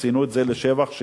וציינו את זה לשבח שישראל,